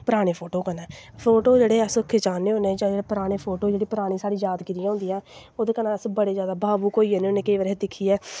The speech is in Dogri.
पराने फोटो कन्नै फोटो जेह्ड़े अस खचाने होन्ने जां पराने जेह्ड़े साढ़ी यादगिरियां होंदियां ओह्दे कन्नै अस बड़े जैदा भावुक होई जन्ने होन्ने केईं बारी अस दिक्खियै